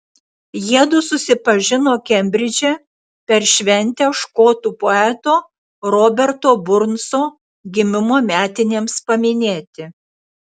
jiedu susipažino kembridže per šventę škotų poeto roberto burnso gimimo metinėms paminėti